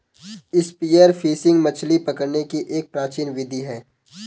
spear fishing मछली पकड़ने की एक प्राचीन विधि है